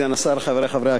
חברי חברי הכנסת,